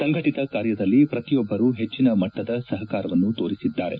ಸಂಘಟಿತ ಕಾರ್ಯದಲ್ಲಿ ಪ್ರತಿಯೊಬ್ಲರೂ ಹೆಚ್ಚಿನ ಮಟ್ಟದ ಸಹಕಾರವನ್ನು ತೋರಿಸಿದ್ದಾರೆ